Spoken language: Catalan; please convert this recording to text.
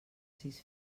sis